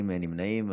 נמנעים.